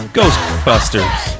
Ghostbusters